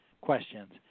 questions